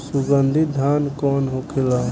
सुगन्धित धान कौन होखेला?